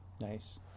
Nice